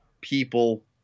people